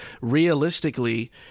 realistically